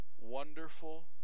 wonderful